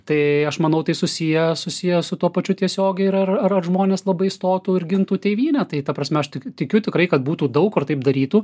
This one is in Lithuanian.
tai aš manau tai susiję susiję su tuo pačiu tiesiogiai ir ar ar žmonės labai stotų ir gintų tėvynę tai ta prasme aš tikiu tikrai kad būtų daug kur taip darytų